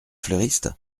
fleuriste